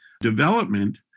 development